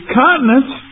continents